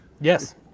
yes